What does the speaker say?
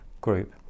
group